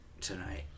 tonight